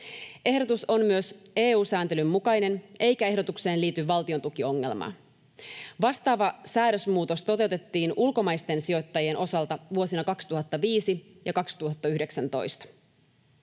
Ehdotus on myös EU-sääntelyn mukainen, eikä ehdotukseen liity valtiontukiongelmaa. Vastaava säädösmuutos toteutettiin ulkomaisten sijoittajien osalta vuosina 2005 ja 2019.